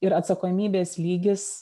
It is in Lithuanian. ir atsakomybės lygis